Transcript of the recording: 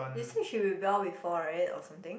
you said she rebel before right or something